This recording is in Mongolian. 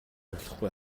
болохгүй